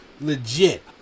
Legit